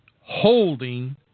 holding